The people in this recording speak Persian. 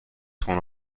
خونه